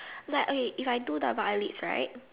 like okay if I do double eyelids right